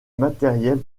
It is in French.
matériels